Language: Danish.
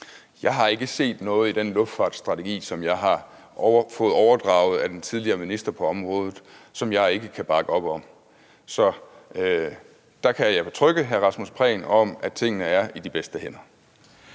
Jeg har ikke set noget i den luftfartsstrategi, som jeg har fået overdraget af den tidligere minister på området, som jeg ikke kan bakke op om. Så der kan jeg betrygge hr. Rasmus Prehn med, at tingene er i de bedste hænder.